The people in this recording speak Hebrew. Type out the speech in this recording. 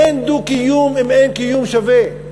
אין דו-קיום אם אין קיום שווה,